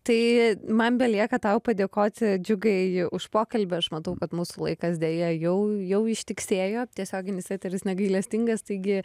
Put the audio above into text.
tai man belieka tau padėkoti džiugai už pokalbį aš matau kad mūsų laikas deja jau jau ištiksėjo tiesioginis eteris negailestingas taigi